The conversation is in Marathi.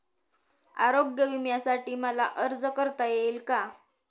आरोग्य विम्यासाठी मला अर्ज करता येईल का?